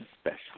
special